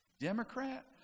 Democrat